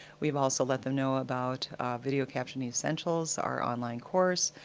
we've also let them know about video captioning essentials our online course.